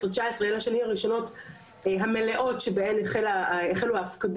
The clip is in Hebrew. שבהן החלו ההפקדות והחלו הניכויים לגבי הענף הזה,